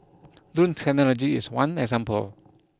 drone technology is one example